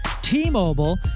T-Mobile